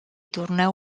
torneu